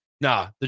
nah